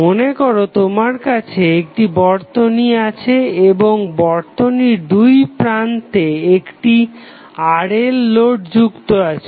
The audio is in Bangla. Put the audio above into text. মনেকরো তোমার কাছে একটি বর্তনী আছে এবং বর্তনীর দুই প্রান্তে একটি RL লোড যুক্ত আছে